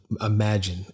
imagine